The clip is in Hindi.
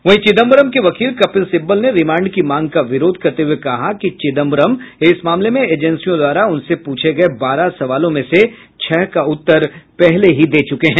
वहीं चिदम्बरम के वकील कपिल सिब्बल ने रिमांड की मांग का विरोध करते हुए कहा कि चिदम्बरम इस मामले में एजेंसियों द्वारा उनसे पूछे गये बारह सवालों में से छह का उत्तर पहले ही दे चुके हैं